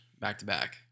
back-to-back